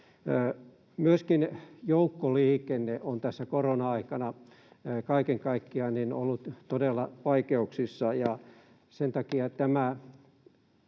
Myöskin joukkoliikenne on tässä korona-aikana kaiken kaikkiaan ollut todella vaikeuksissa,